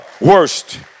worst